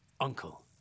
uncle